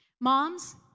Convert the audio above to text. Moms